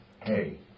Hey